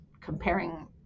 comparing